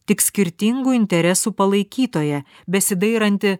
tik skirtingų interesų palaikytoja besidairanti